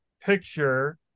picture